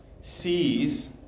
sees